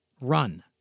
run